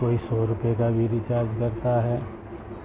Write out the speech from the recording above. کوئی سو روپئے کا بھی ریچارج کرتا ہے